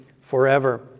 forever